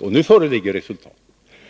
Och nu föreligger resultatet.